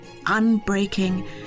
unbreaking